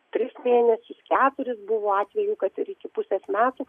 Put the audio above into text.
tris mėnesius keturis buvo dvylikos ir iki pusės metų